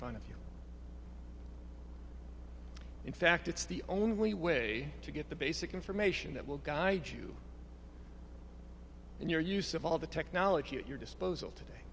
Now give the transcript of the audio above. front of you in fact it's the only way to get the basic information that will guide you and your use of all the technology at your disposal today